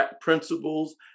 principles